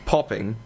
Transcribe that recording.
Popping